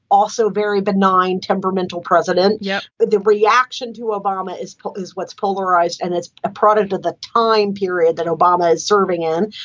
also very benign, temperamental president. yeah. but the reaction to obama is what is what's polarized? and it's a product of the time period that obama is serving in.